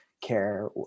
care